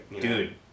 Dude